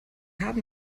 haben